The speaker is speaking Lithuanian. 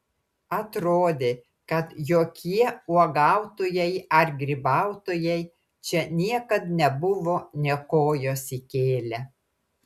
atrodė kad jokie uogautojai ar grybautojai čia niekad nebuvo nė kojos įkėlę